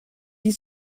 die